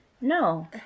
No